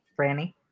Franny